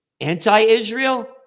anti-Israel